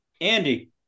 Andy